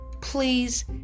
please